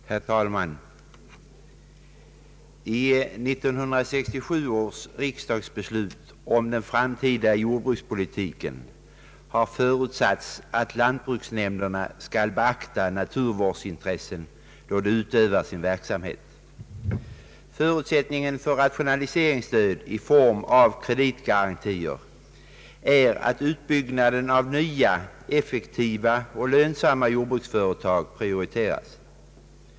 Herr talman! I 1967 års riksdagsbeslut om den framtida jordbrukspolitiken har förutsatts att lantbruksnämnderna skall beakta naturvårdsintressena då de utövar sin verksamhet. Förut sättningen för rationaliseringsstöd i form av kreditgarantier är att uppbyggnaden av nya, effektiva och lönsamma jordbruksföretag prioriteras.